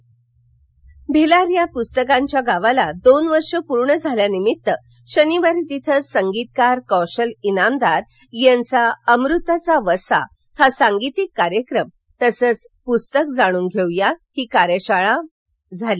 भिलार भिलार या पुस्तकांच्या गावाला दोन वर्ष पूर्ण झाल्या निमित्त शनिवारी तिथे संगीतकार कौशल इनामदार यांचा अमृताचा वसा हा सांगीतिक कार्यक्रम तसंच पुस्तक जाणून घेऊ या ही कार्यशाळा झाली